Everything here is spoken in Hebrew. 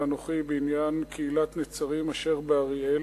דנון ושלי בעניין קהילת נצרים אשר באריאל,